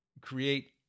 create